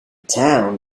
town